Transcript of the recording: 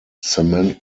cement